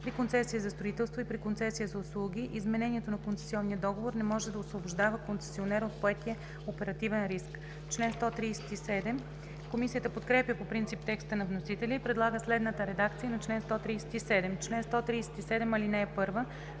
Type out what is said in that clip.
При концесия за строителство и при концесия за услуги изменението на концесионния договор не може да освобождава концесионера от поетия оперативен риск.“ Комисията подкрепя по принцип текста на вносителя и предлага следната редакция на чл. 137: „Чл. 137. (1)